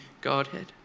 Godhead